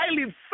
highly